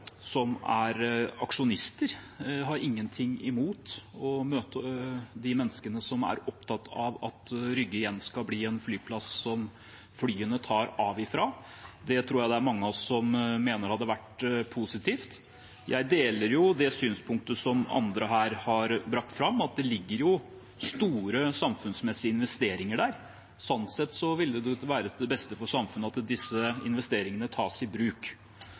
som er aksjonister. Jeg har ingenting imot å møte de menneskene som er opptatt av at Rygge igjen skal bli en flyplass som flyene tar av fra. Jeg tror det er mange av oss som mener at det hadde vært positivt. Jeg deler synspunktet som andre her har brakt fram: at det ligger store samfunnsmessige investeringer der. Sånn sett vil det være til beste for samfunnet at disse investeringene tas i bruk.